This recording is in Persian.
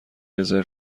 رزرو